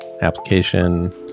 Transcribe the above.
application